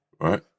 right